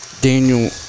daniel